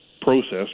process